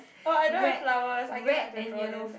oh I don't have flowers I guess I've to draw them there